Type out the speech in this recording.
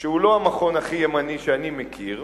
שהוא לא המכון הכי ימני שאני מכיר,